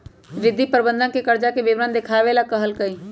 रिद्धि प्रबंधक के कर्जा के विवरण देखावे ला कहलकई